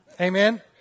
Amen